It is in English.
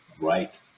right